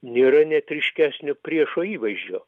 nėra net ryškesnio priešo įvaizdžio